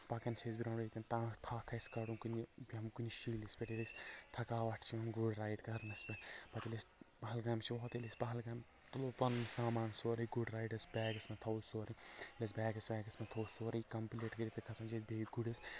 پکان چھِ أسۍ برٛونٛٹھ ییٚتٮ۪ن تامتھ تھکھ آسہِ کڑُن کُنہِ بیٚہمو کُنہِ شہلِس پٮ۪ٹھ ییٚلہِ اسہِ تھکاوٹ چھِ یِوان گُرۍ رایڈ کرنس پٮ۪ٹھ پتہٕ ییٚلہِ أسۍ پہلگام چھِ وا پتہٕ ییٚلہِ أسۍ پہلگام چھِ تُلو پنُن سامان سورُے گُرۍ رایڈس بیگس منٛز تھاوو سورُے ییٚلہِ اسہِ بیگس ویگس منٛز تھوٚو سورُے یہِ کمپلیٖٹ کٔرتھ کھسان چھِ أسۍ بیٚیہِ گُرِس